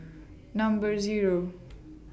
Number Zero